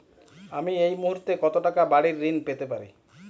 আমি এই মুহূর্তে কত টাকা বাড়ীর ঋণ পেতে পারি?